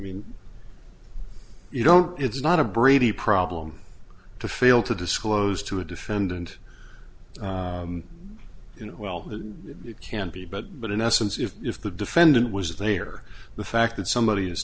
mean you don't it's not a brady problem to fail to disclose to a defendant you know well that you can be but but in essence if if the defendant was there the fact that somebody is